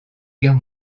guerre